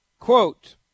Quote